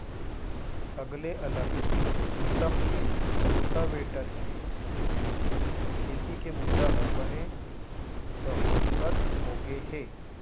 अगले अलग किसम के रोटावेटर के सेती खेती के बूता हर बने सहोल्लत होगे हे